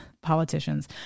politicians